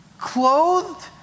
clothed